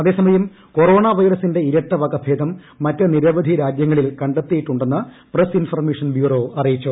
അതേസമയം കൊറോണ്ണ് ഐവറസിന്റെ ഇരട്ട വകഭേദം മറ്റ് നിരവധി രാജ്യങ്ങളിൽ കണ്ടെത്തിയിട്ടുണ്ടെന്ന് പ്രസ് ഇൻഫർമേഷൻ ബ്യൂറോ അറിയിച്ചു